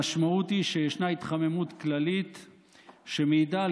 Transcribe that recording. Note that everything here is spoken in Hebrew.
המשמעות היא שישנה התחממות כללית שמעידה,